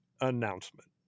announcement